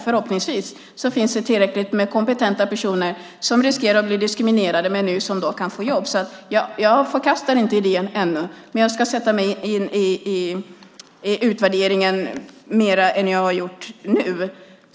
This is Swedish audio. Förhoppningsvis finns det tillräckligt många kompetenta personer som riskerar att bli diskriminerade som då kan få jobb. Jag förkastar inte idén ännu, men jag ska sätta mig in i utvärderingen mer än jag har gjort nu.